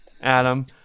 Adam